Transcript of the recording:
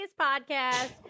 podcast